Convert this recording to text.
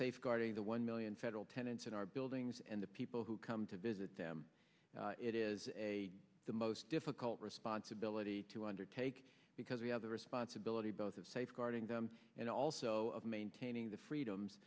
safeguarding the one million federal tenants in our buildings and the people who come to visit it is a the most difficult responsibility to undertake because we have the responsibility both of safeguarding them and also of maintaining the freedoms